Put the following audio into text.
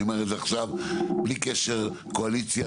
אני אומר את זה עכשיו בלי קשור קואליציה,